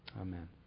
Amen